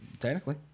technically